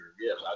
Yes